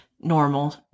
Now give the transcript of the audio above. normal